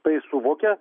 tai suvokia